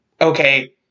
okay